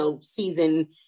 season